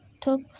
took